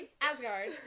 Asgard